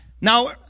Now